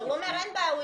הוא אומר שאין בעיה,